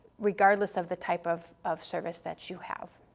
regardless of the type of of service that you have.